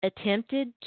attempted